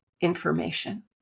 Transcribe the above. information